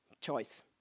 Choice